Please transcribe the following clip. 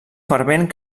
fervent